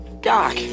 doc